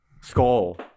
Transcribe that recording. Skull